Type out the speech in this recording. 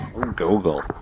Google